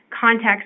context